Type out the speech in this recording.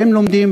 והם לומדים,